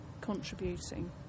contributing